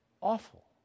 awful